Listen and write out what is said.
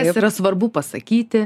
kas yra svarbu pasakyti